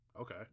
Okay